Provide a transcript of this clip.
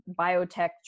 biotech